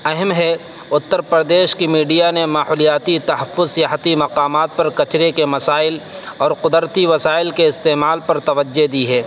اہم ہے اتّر پردیش کی میڈیا نے ماحولیاتی تحفظ سیاحتی مقامات پر کچرے کے مسائل اور قدرتی وسائل کے استعمال پر توجہ دی ہے